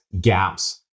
gaps